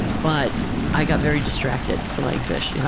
but i got very distracted filleting fish. you know